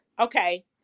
okay